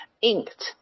Inked